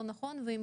כפי